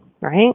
right